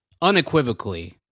unequivocally